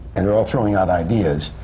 and they're all throwing out ideas,